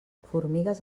formigues